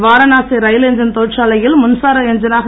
Varanasi rail engine தொழிற்சாலையில் மின்சார எஞ்சினாக